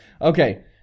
Okay